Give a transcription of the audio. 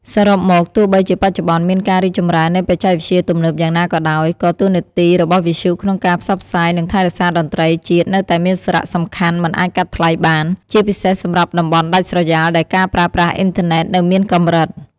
សរុបមក ទោះបីជាបច្ចុប្បន្នមានការរីកចម្រើននៃបច្ចេកវិទ្យាទំនើបយ៉ាងណាក៏ដោយ ក៏តួនាទីរបស់វិទ្យុក្នុងការផ្សព្វផ្សាយ និងថែរក្សាតន្ត្រីជាតិនៅតែមានសារៈសំខាន់មិនអាចកាត់ថ្លៃបាន ជាពិសេសសម្រាប់តំបន់ដាច់ស្រយាលដែលការប្រើប្រាស់អុីនធឺណេតនៅមានកម្រិត។